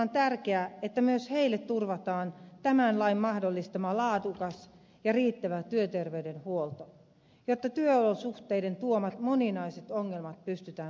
on ehdottoman tärkeää että myös heille turvataan tämän lain mahdollistama laadukas ja riittävä työterveyshuolto jotta työolosuhteiden tuomat moninaiset ongelmat pystytään ratkomaan